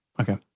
Okay